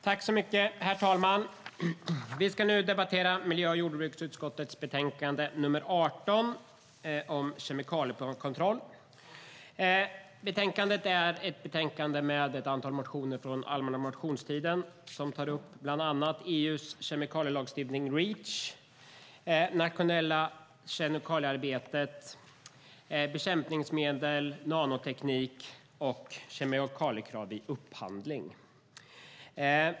Herr talman! Vi ska nu debattera miljö och jordbruksutskottets betänkande nr 18 om kemikaliekontroll. I betänkandet behandlas ett antal motioner från den allmänna motionstiden som tar upp bland annat EU:s kemikalielagstiftning Reach, det nationella kemikaliearbetet, bekämpningsmedel, nanoteknik och kemikaliekrav vid upphandling.